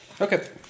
Okay